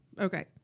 Okay